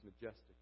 majestic